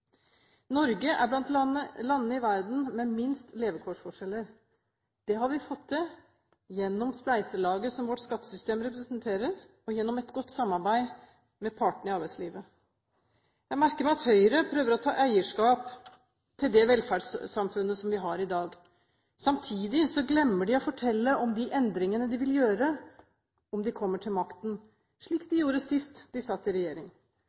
Norge er blant landene i verden med minst levekårsforskjeller. Det har vi fått til gjennom spleiselaget som vårt skattesystem representerer, og gjennom et godt samarbeid med partene i arbeidslivet. Jeg merker meg at Høyre prøver å ta eierskap til det velferdssamfunnet som vi har i dag. Samtidig glemmer de å fortelle om de endringene de vil gjøre om de kommer til makten, slik de gjorde sist de satt i regjering.